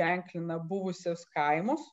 ženklina buvusius kaimus